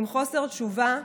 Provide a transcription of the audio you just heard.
עם חוסר תשובה,